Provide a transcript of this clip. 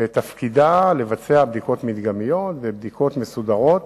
ותפקידה לבצע בדיקות מדגמיות ובדיקות מסודרות